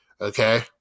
okay